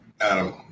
Adam